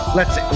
lets